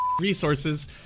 resources